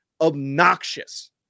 obnoxious